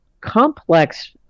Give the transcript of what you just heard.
complex